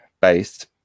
based